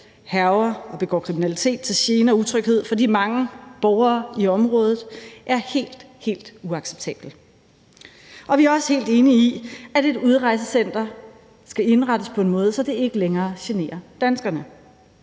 hærger og begår kriminalitet til gene og utryghed for de mange borgere i området, er helt, helt uacceptabel. Og vi er også helt enige i, at et udrejsecenter skal indrettes på en måde, så det ikke længere generer danskerne.